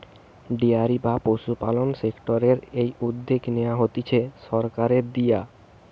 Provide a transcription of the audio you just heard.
dairy বা পশুপালন সেক্টরের এই উদ্যগ নেয়া হতিছে সরকারের দিয়া